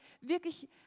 wirklich